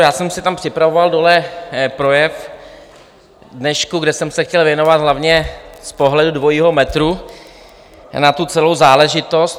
Já jsem si tam připravoval dole projev k dnešku, kde jsem se chtěl věnovat hlavně z pohledu dvojího metru na tu celou záležitost.